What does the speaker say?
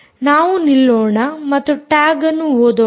ನಾವು ನಿಲ್ಲೋಣ ಮತ್ತು ಟ್ಯಾಗ್ ಅನ್ನು ಓದೋಣ